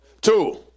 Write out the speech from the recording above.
Two